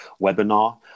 webinar